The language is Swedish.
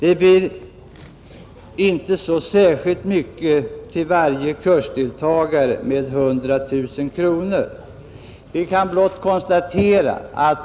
En höjning på 100 000 kronor blir inte så särskilt mycket till varje kursdeltagare.